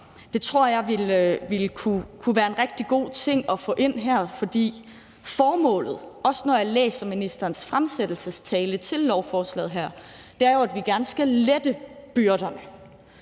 Det tror jeg kunne være en rigtig god ting at få ind her. For formålet er jo, også når jeg læser ministerens fremsættelsestale til lovforslaget her, at vi gerne skal lette byrder.